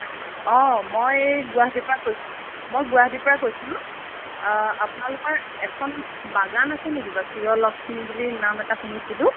অঁ মই এই গুৱাহাটীৰ পৰা কৈছোঁ মই গুৱাহাটীৰ পৰা কৈছিলোঁ আপোনালোকৰ এখন বাগান আছে নেকি বাৰু সুৰলক্ষ্মী বুলি নাম এটা শুনিছিলোঁ